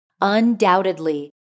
Undoubtedly